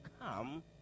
come